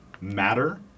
matter